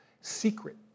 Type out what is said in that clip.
secret